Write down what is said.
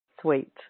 Sweet